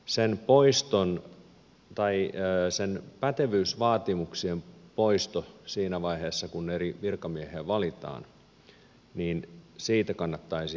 virkamiesruotsin poistosta tai pätevyysvaatimuksien poistosta siinä vaiheessa kun eri virkamiehiä valitaan kannattaisi aloittaa